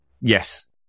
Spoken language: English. yes